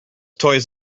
toys